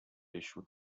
issue